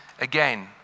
again